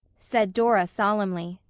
said dora solemnly.